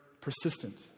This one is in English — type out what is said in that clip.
persistent